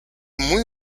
muy